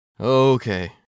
Okay